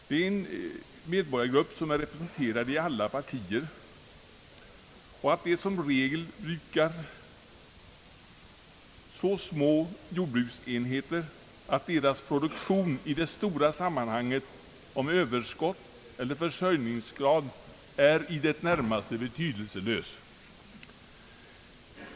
De utgör en medborgargrupp som är representerad i alla partier, och de brukar i regel så små jordbruksenheter att deras produktion i det stora sammanhanget när det gäller överskott eller försörjningsgrad är i det närmaste betydelselös.